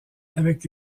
avec